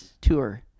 tour